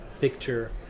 picture